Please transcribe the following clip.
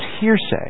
hearsay